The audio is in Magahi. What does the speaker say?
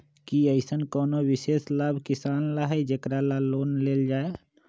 कि अईसन कोनो विशेष लाभ किसान ला हई जेकरा ला लोन लेल जाए?